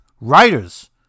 Writers